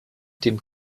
dem